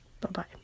bye-bye